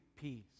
peace